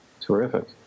Terrific